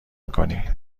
میکنی